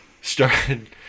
Started